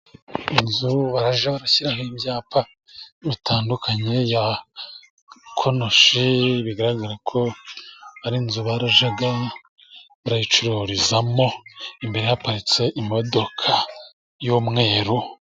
Inzu shyiraho ibyapa bitandukanye ya konosho bigaragara ko ari inzu bajya bacururizamo imbere haparitse imodoka y'umweru